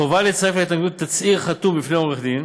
חובה לצרף להתנגדות תצהיר חתום בפני עורך דין.